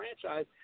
franchise